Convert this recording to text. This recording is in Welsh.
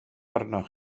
arnoch